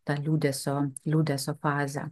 tą liūdesio liūdesio fazę